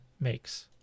makes